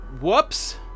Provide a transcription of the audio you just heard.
Whoops